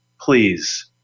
please